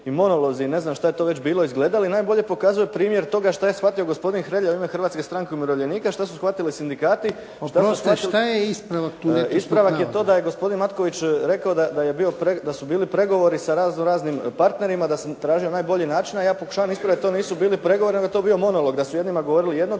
i monolozi i ne znam šta je to već bilo izgledali najbolje pokazuje primjer toga što je shvatio gospodin Hrelja u ime Hrvatske stranke umirovljenika, što su shvatili sindikati … **Jarnjak, Ivan (HDZ)** Oprostite, šta je ispravak tu netočnog navoda? **Bauk, Arsen (SDP)** Ispravak je to da je gospodin Matković rekao da su bili pregovori sa raznoraznim partnerima, da se tražio najbolji način, a ja pokušavam ispravit da to nisu bili pregovori, nego je to bio monolog, da su jednima govorili jedno,